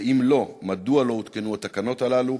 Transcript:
2. אם לא, מדוע לא הותקנו התקנות הללו?